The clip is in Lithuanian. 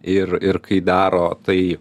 ir ir kai daro tai